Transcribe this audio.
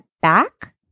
back